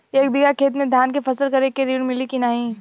एक बिघा खेत मे धान के फसल करे के ऋण मिली की नाही?